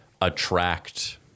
attract